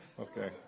Okay